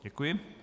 Děkuji.